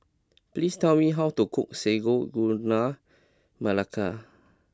please tell me how to cook Sago Gula Melaka